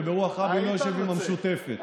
וברוח רבין לא יושב עם המשותפת.